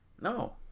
No